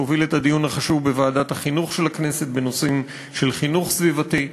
שהוביל את הדיון החשוב בוועדת החינוך של הכנסת בנושאים של חינוך סביבתי.